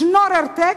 "שנורר-טק",